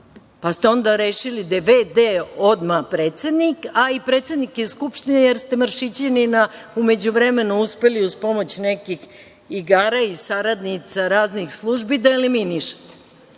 pa ste onda rešili da je v.d. odmah predsednik, a i predsednik je Skupštine, jer ste Maršićanina u međuvremenu uspeli uz pomoć nekih igara i saradnica raznih službi da eliminišete.